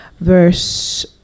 verse